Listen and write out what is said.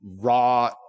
raw